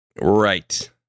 Right